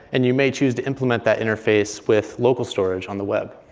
and you may choose to implement that interface with local storage on the web.